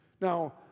Now